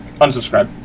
unsubscribe